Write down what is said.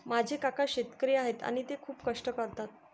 माझे काका शेतकरी आहेत आणि ते खूप कष्ट करतात